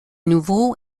nouveau